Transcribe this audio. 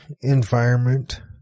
environment